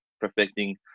perfecting